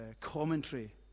commentary